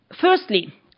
Firstly